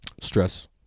stress